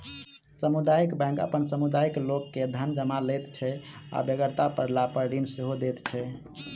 सामुदायिक बैंक अपन समुदायक लोक के धन जमा लैत छै आ बेगरता पड़लापर ऋण सेहो दैत छै